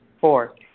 Four